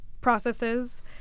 Processes